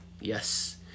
Yes